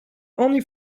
only